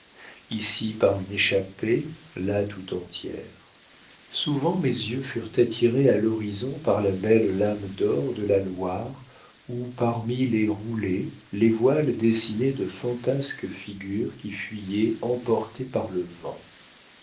ici par une échappée là tout entière souvent mes yeux furent attirés à l'horizon par la belle lame d'or de la loire où parmi les roulées les voiles dessinaient de fantasques figures qui fuyaient emportées par le vent